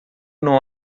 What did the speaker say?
não